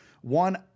One